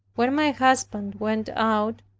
when my husband went out,